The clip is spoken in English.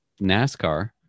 NASCAR